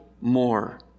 more